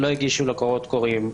לא הגישו לקולות קוראים.